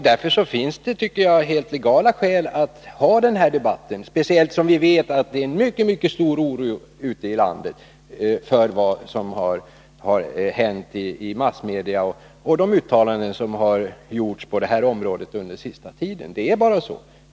Därför tycker jag att det finns helt legala skäl att ha den här debatten, speciellt som vi vet att det är en mycket stor oro ute i landet på grund av vad som förekommit i massmedia och på grund av de uttalanden som gjorts på dessa områden under den senaste tiden. Det är bara så.